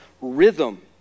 rhythm